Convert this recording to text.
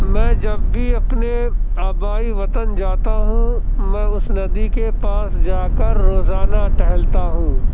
میں جب بھی اپنے آبائی وطن جاتا ہوں میں اس ندی کے پاس جا کر روزانہ ٹہلتا ہوں